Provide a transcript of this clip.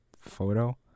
photo